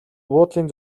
буудлын